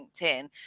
LinkedIn